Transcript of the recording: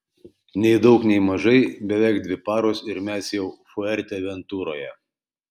nei daug nei mažai beveik dvi paros ir mes jau fuerteventuroje